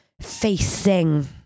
facing